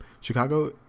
Chicago